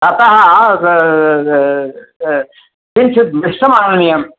ततः किञ्चित् मिश्रमाननीयम्